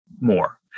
more